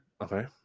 Okay